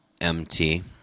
MT